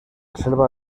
selva